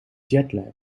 jetlag